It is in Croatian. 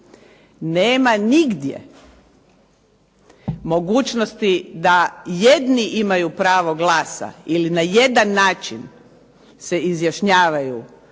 nema nigdje mogućnosti da jedni imaju pravo glasa ili na jedan način se izjašnjavaju